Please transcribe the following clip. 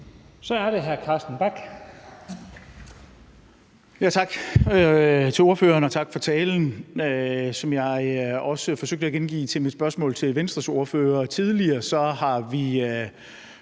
Bach. Kl. 14:12 Carsten Bach (LA): Tak til ordføreren, og tak for talen. Som jeg også forsøgte at gengive i mit spørgsmål til Venstres ordfører tidligere, har vi